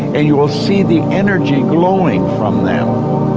and you will see the energy glowing from them.